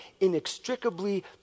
inextricably